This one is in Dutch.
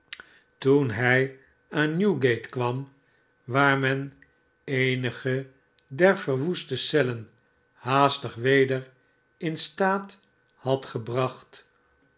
toen hij aan newgate kwam de twee celgenooten waar men eenige der verwoeste cellen haastig weder in staat ha gebracht